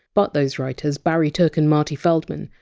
but those writers, barry took and marty feldman,